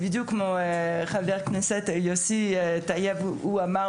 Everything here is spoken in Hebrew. בדיוק כמו ששאל יושב-ראש הוועדה.